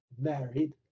married